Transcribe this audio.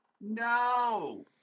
No